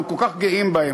אנחנו כל כך גאים בהם.